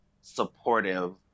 supportive